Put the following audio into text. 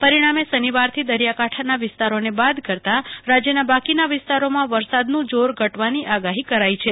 પરિણામે શનિવારથી દરિયાકાંઠાના વિસ્તારોને બાદ કરતાં રાજ્યના બાકીના વિસ્તારોમાં વરસાદનું જોર ઘટવાની આગાહી કરાઇ છે